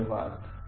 धन्यवाद